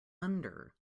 under